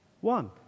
one